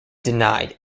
denied